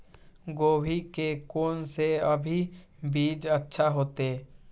गोभी के कोन से अभी बीज अच्छा होते?